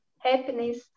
happiness